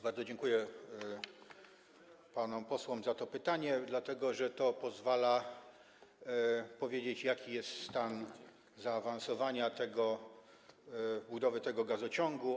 Bardzo dziękuję panom posłom za to pytanie, dlatego że to pozwala powiedzieć, jaki jest stan zaawansowania budowy tego gazociągu.